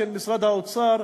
של משרד האוצר,